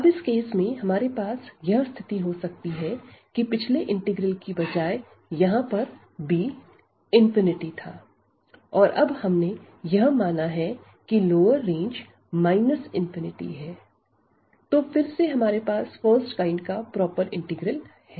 अब इस केस में हमारे पास यह स्थिति हो सकती है कि पिछले इंटीग्रल की बजाए यहां पर b था और अब हमने यह माना है कि लोअर रेंज है तो फिर से हमारे पास फर्स्ट काइंड का इंप्रोपर इंटीग्रल है